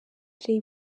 jay